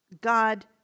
God